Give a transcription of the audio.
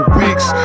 weeks